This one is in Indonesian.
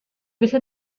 bisa